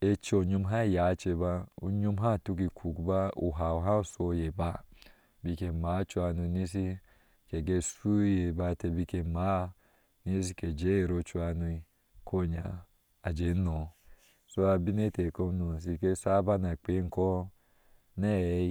ecc oyom ba yace ba uyom ba tuki koki uhau ba shiyeba, bik ke maa cuhano ge shu iye ba inteh bik ike maa niske jeyir cuharo ko inya a jee anoo, so abin eteh nyem shike sabar na kpea inɔo